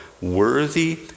worthy